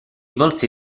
volse